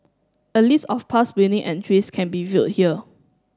a list of past winning entries can be viewed here